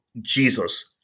Jesus